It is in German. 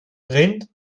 rind